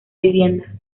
vivienda